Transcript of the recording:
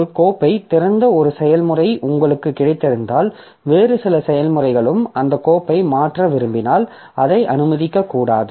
ஒரு கோப்பைத் திறந்த ஒரு செயல்முறை உங்களுக்கு கிடைத்திருந்தால் வேறு சில செயல்முறைகளும் அந்த கோப்பை மாற்ற விரும்பினால் அதை அனுமதிக்கக்கூடாது